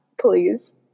Please